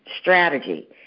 strategy